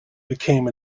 became